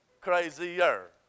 Crazier